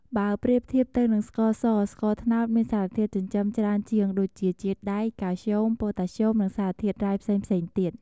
បើប្រៀបធៀបទៅនឹងស្ករស ស្ករត្នោតមានសារធាតុចិញ្ចឹមច្រើនជាងដូចជា ជាតិដែក កាល់ស្យូម ប៉ូតាស្យូម និងសារធាតុរ៉ែផ្សេងៗទៀត។